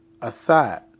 aside